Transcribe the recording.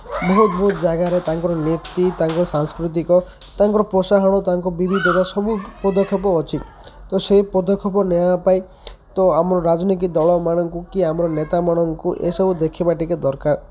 ବହୁତ ବହୁତ ଜାଗାରେ ତାଙ୍କର ନୀତି ତାଙ୍କର ସାଂସ୍କୃତିକ ତାଙ୍କର ପ୍ରୋତ୍ସାହନ ତାଙ୍କ ବିବିଧତା ସବୁ ପଦକ୍ଷେପ ଅଛି ତ ସେ ପଦକ୍ଷେପ ନେବା ପାଇଁ ତ ଆମର ରାଜନୀତି ଦଳମାନଙ୍କୁ କି ଆମର ନେତାମାନଙ୍କୁ ଏସବୁ ଦେଖିବା ଟିକିଏ ଦରକାର